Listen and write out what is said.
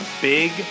big